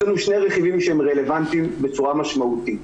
יש לנו שני רכיבים שהם רלוונטיים בצורה משמעותית.